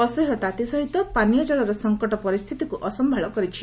ଅସହ୍ୟ ତାତି ସହିତ ପାନୀୟ କଳର ସଂକଟ ପରିସ୍ଥିତିକ୍ ଅସମ୍ଭାଳ କରିଛି